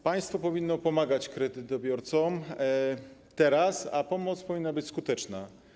Państwo powinno teraz pomagać kredytobiorcom, a pomoc powinna być skuteczna.